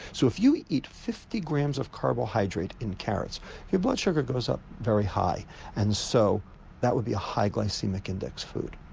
so if you eat eat fifty grams of carbohydrate in carrots your blood sugar goes up very high and so that would be a high glycaemic index food.